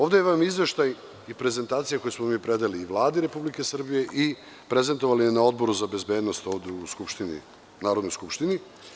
Ovde vam je izveštaj i prezentacija koju smo mi predali i Vladi Republike Srbije i prezentovali je na Odboru za bezbednost, ovde u Narodnoj skupštini.